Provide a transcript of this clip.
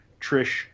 Trish